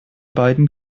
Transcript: beiden